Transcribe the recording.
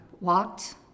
walked